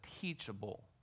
teachable